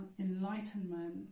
enlightenment